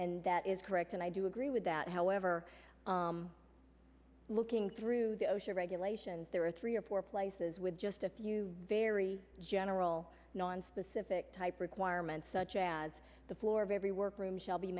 and that is correct and i do agree with that however looking through the osha regulations there are three or four places with just a few very general nonspecific type requirements such as the floor of every work room shall be